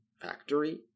factory